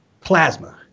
plasma